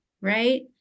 right